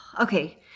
Okay